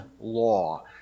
law